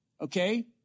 okay